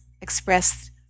expressed